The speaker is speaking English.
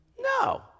No